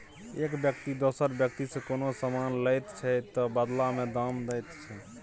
एक बेकती दोसर बेकतीसँ कोनो समान लैत छै तअ बदला मे दाम दैत छै